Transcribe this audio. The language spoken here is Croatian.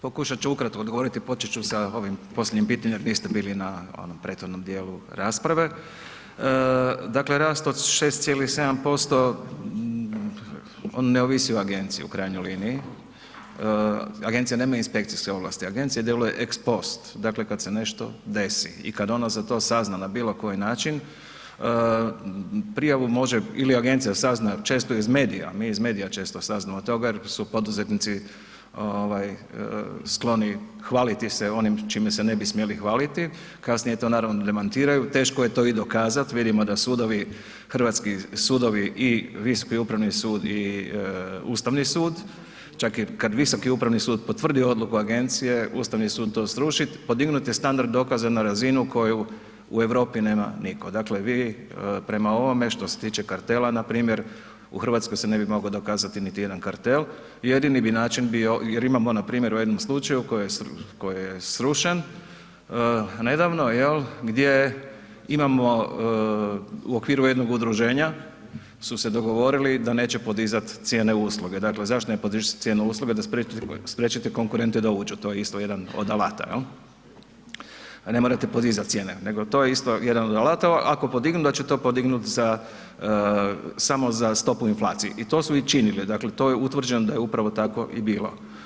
Pokušat ću ukratko odgovoriti, počet ću sa ovim posljednjim pitanjem jer vi ste bili na onom prethodnom dijelu rasprave, dakle rast od 6,7% ne ovisi o agenciji u krajnjoj liniji, agencija nema inspekcijske ovlasti, agencija djeluje ex post, dakle kad se nešto desi i kad ona za to sazna na bilo koji način ili agencija sazna često i iz medija, mi iz medija često saznamo toga jer su poduzetnici ovaj skloni hvaliti se onim čime se ne bi smjeli hvaliti, kasnije to naravno demantiraju, teško je to i dokazat, vidimo da sudovi, hrvatski sudovi i Visoki upravni sud i Ustavni sud, čak i kad Visoki upravni sud potvrdi odluku agencije Ustavni sud to sruši, podignut je standard dokaza na razinu koju u Europi nema niko, dakle vi prema ovome što se tiče kartela npr. u RH se ne bi mogao dokazati niti jedan kartel, jedini bi način bio, jer imamo npr. u jednom slučaju koji je srušen nedavno jel gdje imamo u okviru jednog udruženja su se dogovorili da neće podizat cijene usluge, dakle zašto ne podižete cijene usluge, da spriječite konkurente da uđu, to je isto jedan od alata, jel, ne morate podizat cijene, nego to je isto jedan od alatova, ako podignu da će to podignut za, samo za stopu inflacije i to su i činili, dakle to je utvrđeno da je upravo tako i bilo.